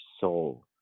soul